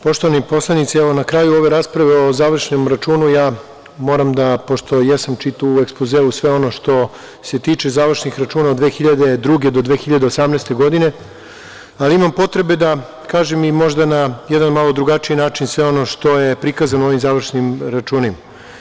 Poštovani poslanici, evo na kraju ove rasprave o završnom računu, ja moram, pošto jesam čitao u ekspozeu sve ono što se tiče završnih računa od 2002. do 2018. godine, imam potrebe da kažem i možda na jedan malo drugačiji način sve ono što je prikazano ovim završnim računima.